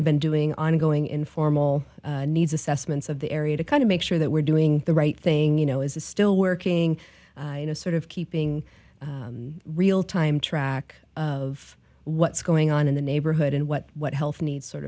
of been doing ongoing informal needs assessments of the area to kind of make sure that we're doing the right thing you know is still working you know sort of keeping real time track of what's going on in the neighborhood and what what health needs sort